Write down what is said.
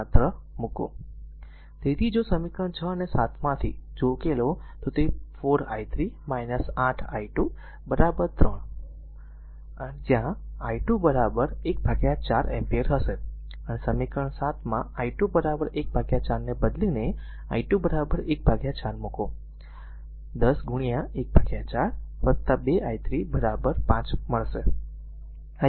તેથી જો સમીકરણ 6 અને 7 માંથી જો ઉકેલો તો તે 4 i3 8 i2 3 i2 14 એમ્પીયર હશે અને સમીકરણ 7 માં i2 14 ને બદલીને i2 14 મૂકો 10 1 4 2 i3 5 મળશે